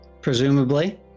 Presumably